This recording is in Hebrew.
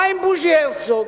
מה עם בוז'י הרצוג,